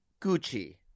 Gucci